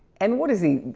and what is he,